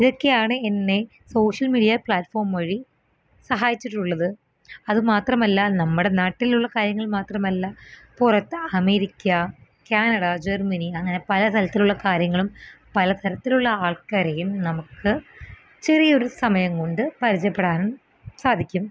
ഇതൊക്കെയാണ് എന്നെ social media platform വഴി സഹായിച്ചിട്ടുള്ളത് അതു മാത്രമല്ല നമ്മുടെ നാട്ടിലുള്ള കാര്യങ്ങൾ മാത്രമല്ല പുറത്ത് അമേരിക്ക കാനഡ ജർമ്മനി അങ്ങനെ പല സ്ഥലത്തിലുള്ള കാര്യങ്ങളും പല തരത്തിലുള്ള ആൾക്കാരെയും നമുക്ക് ചെറിയൊരു സമയം കൊണ്ട് പരിചയപ്പെടാനും സാധിക്കും